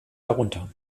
darunter